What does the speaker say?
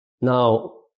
Now